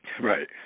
Right